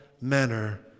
manner